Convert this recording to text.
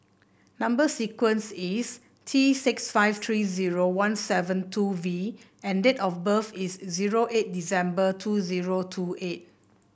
number sequence is T six five three zero one seven two V and date of birth is zero eight December two zero two eight